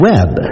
Web